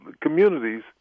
communities